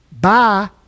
Bye